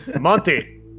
Monty